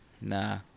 nah